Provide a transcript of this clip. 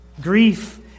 Grief